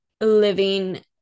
living